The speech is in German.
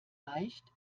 reicht